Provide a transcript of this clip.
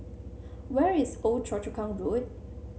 where is Old Choa Chu Kang Road